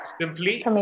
Simply